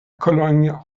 cologne